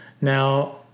Now